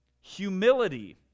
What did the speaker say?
Humility